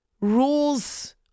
rules